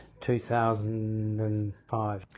2005